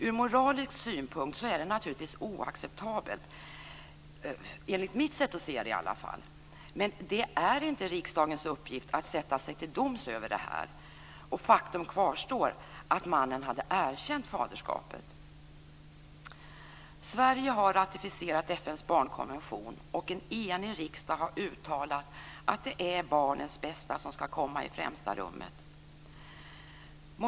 Ur moralisk synpunkt är det naturligtvis oacceptabelt, enligt mitt sätt att se det. Men det är inte riksdagens uppgift att sätta sig till doms över det. Faktum kvarstår att mannen hade erkänt faderskapet. Sverige har ratificerat FN:s barnkonvention. En enig riksdag har uttalat att barnens bästa alltid ska komma i främsta rummet. Fru talman!